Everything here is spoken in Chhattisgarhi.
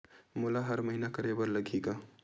मोला हर महीना करे बर लगही का?